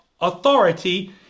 authority